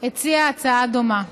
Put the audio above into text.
הציע הצעה דומה.